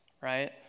right